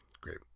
Great